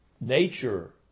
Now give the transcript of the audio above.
nature